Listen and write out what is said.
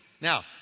Now